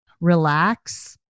relax